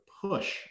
push